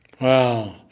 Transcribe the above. Wow